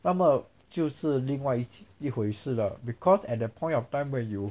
那么就是另外一一回事了 because at that point of time when you